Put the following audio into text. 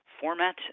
format